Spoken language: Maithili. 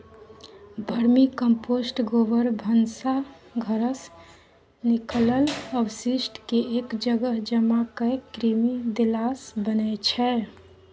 बर्मीकंपोस्ट गोबर, भनसा घरसँ निकलल अवशिष्टकेँ एक जगह जमा कए कृमि देलासँ बनै छै